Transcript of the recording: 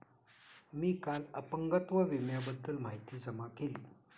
मी काल अपंगत्व विम्याबद्दल माहिती जमा केली